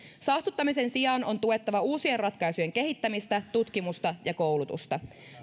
saastuttamisen sijaan on tuettava uusien ratkaisujen kehittämistä tutkimusta ja koulutusta